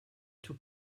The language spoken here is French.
tout